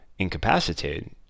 incapacitated